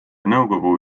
nõukogu